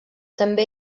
també